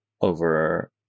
over